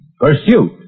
Pursuit